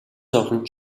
зовлон